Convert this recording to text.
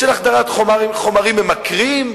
של החדרת חומרים ממכרים,